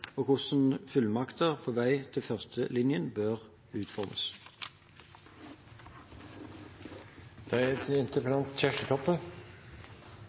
og hvordan fullmakter på vei til førstelinjen bør utformes. Det som opprører meg i denne saka, er